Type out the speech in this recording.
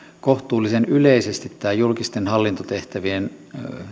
kohtuullisen yleisesti nämä julkisten hallintotehtävien